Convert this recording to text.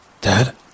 Dad